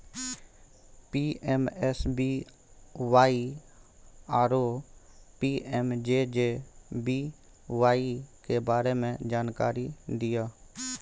PMSBY आरो PMJJBY के बारे मे जानकारी दिय?